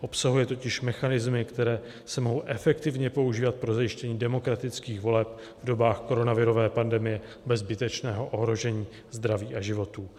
Obsahuje totiž mechanismy, které se mohou efektivně používat pro zajištění demokratických voleb v dobách koronavirové pandemie bez zbytečného ohrožení zdraví a životů.